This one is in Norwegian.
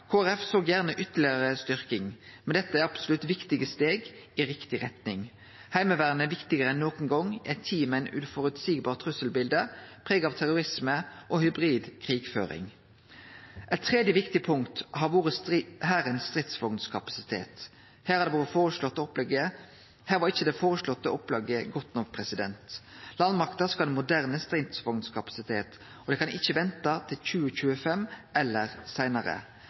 såg gjerne ei ytterlegare styrking. Men dette er absolutt viktige steg i riktig retning. Heimevernet er viktigare enn nokon gong i ei tid med eit uføreseieleg trusselbilde, prega av terrorisme og hybridkrigføring. Eit tredje viktig punkt har vore Hærens stridsvognkapasitet. Her var ikkje det føreslåtte opplegget godt nok. Landmakta skal ha ein moderne stridsvognkapasitet, og det kan ikkje vente til 2025 eller seinare.